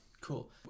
cool